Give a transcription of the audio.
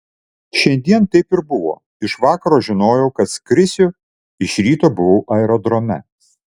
šiandien taip ir buvo iš vakaro žinojau kad skrisiu iš ryto buvau aerodrome